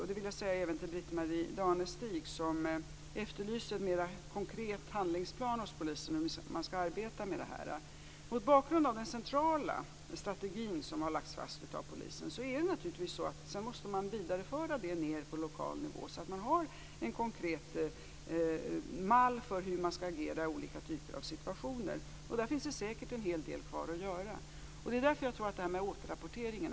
Det vill jag säga även till Britt-Marie Danestig, som efterlyser en mer konkret handlingsplan för hur polisen skall arbeta med det här. Mot bakgrund av den centrala strategi som har lagts fast av polisen måste man sedan vidareföra det ned på lokal nivå, så att man har en konkret mall för hur man skall agera i olika typer av situationer. Där finns det säkert en hel del kvar att göra. Det är därför som jag tror att det är så viktigt med återrapportering.